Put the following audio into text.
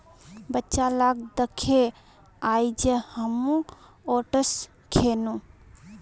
बच्चा लाक दखे आइज हामो ओट्स खैनु